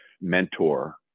mentor